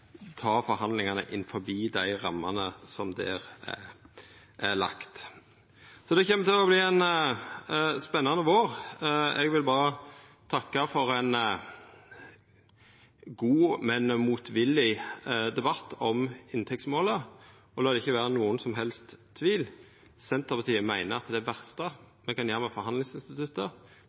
ta forhandlingane innanfor dei rammene som ligg der. Det kjem til å verta ein spennande vår. Eg vil berre takka for ein god, men motvillig debatt om inntektsmålet. Og la det ikkje vera nokon som helst tvil: Senterpartiet meiner at det verste me kan gjera med forhandlingsinstituttet,